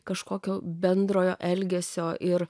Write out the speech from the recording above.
kažkokio bendrojo elgesio ir